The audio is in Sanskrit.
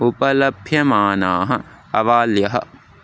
उपलभ्यमानाः आवाल्यः